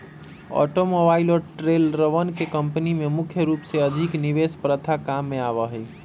automobile और ट्रेलरवन के कम्पनी में मुख्य रूप से अधिक निवेश प्रथा काम में आवा हई